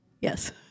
yes